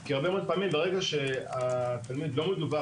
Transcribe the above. כי הרבה מאוד פעמים ברגע שהתלמיד לא מדווח